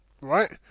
right